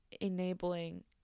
enabling